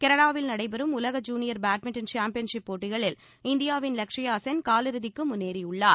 கனடாவில் நடைபெறும் உலக ஜூனியர் பேட்மின்டன் சாம்பியன்ஷிப் போட்டிகளில் இந்தியாவின் லக்ஷியா சென் காலிறுதிக்கு முன்னேறியுள்ளார்